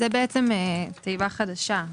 -- זה בעצם תיבה חדשה: